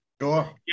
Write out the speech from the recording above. Sure